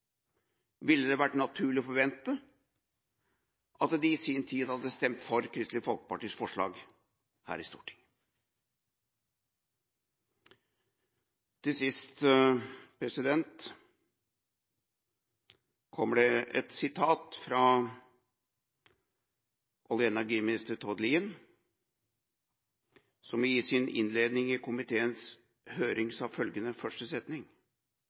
ville det vært naturlig å forvente at de i sin tid hadde stemt for Kristelig Folkepartis forslag her i Stortinget. Til sist kommer det et sitat fra olje- og energiminister Tord Lien, som i sin innledning i komiteens høring sa følgende: